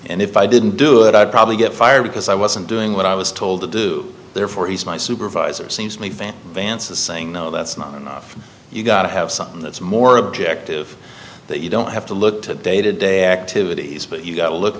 and if i didn't do it i'd probably get fired because i wasn't doing what i was told to do therefore he's my supervisor seems me van vance is saying no that's not enough you've got to have something that's more objective that you don't have to look to day to day activities but you've got to look